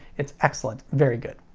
it's excellent. very good.